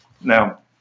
Now